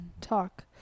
talk